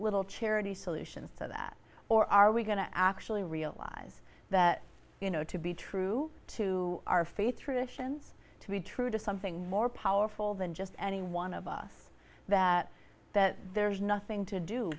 little charity solution to that or are we going to actually realize that you know to be true to our faith traditions to be true to something more powerful than just any one of us that that there's nothing to do